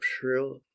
shrill